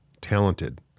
talented